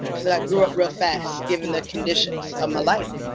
because i grew up real fast, given the conditions of my life.